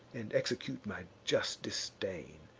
and execute my just disdain.